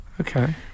Okay